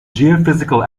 geophysical